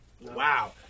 wow